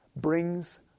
brings